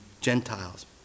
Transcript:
Gentiles